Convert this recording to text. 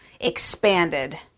expanded